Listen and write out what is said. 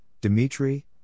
Dmitry